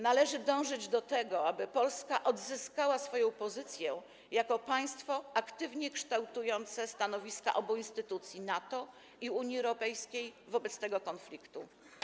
Należy dążyć do tego, aby Polska odzyskała swoją pozycję jako państwo aktywnie kształtujące stanowiska obu instytucji, NATO i Unii Europejskiej, wobec tego konfliktu.